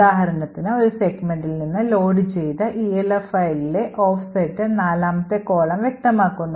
ഉദാഹരണത്തിന് ഒരു സെഗ്മെന്റിൽ നിന്ന് ലോഡ് ചെയ്ത ELF ഫയലിലെ ഓഫ്സെറ്റ് നാലാമത്തെ column വ്യക്തമാക്കുന്നു